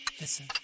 listen